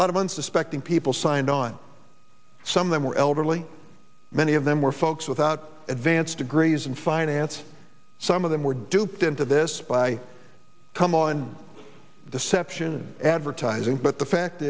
a lot of unsuspecting people signed on some of them were elderly many of them were folks without advanced degrees in finance some of them were duped into this by come on the seven advertising but the fact